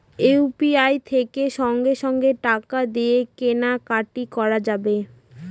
UPI থেকে সঙ্গে সঙ্গে টাকা দিয়ে কেনা কাটি করা যাবে